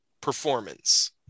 performance